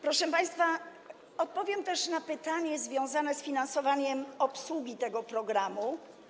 Proszę państwa, odpowiem też na pytanie związane z finansowaniem obsługi tego programu.